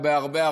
הרבה,